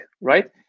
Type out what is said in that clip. right